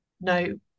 no –